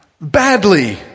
Badly